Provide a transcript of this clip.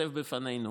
להתייצב בפנינו,